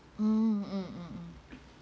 mm mm mm mm